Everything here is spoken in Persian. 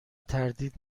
تردید